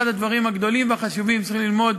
אחד הדברים הגדולים והחשובים שצריך ללמוד